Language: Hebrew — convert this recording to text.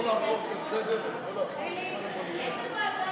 איזו ועדה?